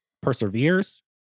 perseveres